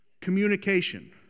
Communication